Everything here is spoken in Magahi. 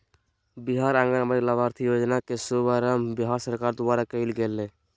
बिहार आंगनबाड़ी लाभार्थी योजना के शुभारम्भ बिहार सरकार द्वारा कइल गेलय